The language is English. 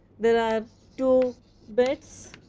there are two beds